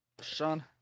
Sean